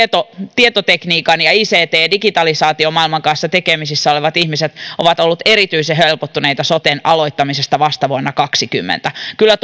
tietotekniikan ja ict ja digitalisaatiomaailman kanssa tekemisissä olevat ihmiset ovat olleet erityisen helpottuneita soten aloittamisesta vasta vuonna kaksituhattakaksikymmentä kyllä